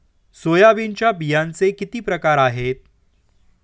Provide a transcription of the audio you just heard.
सोयाबीनच्या बियांचे किती प्रकार आहेत?